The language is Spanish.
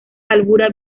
albura